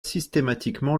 systématiquement